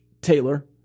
Taylor